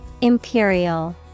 Imperial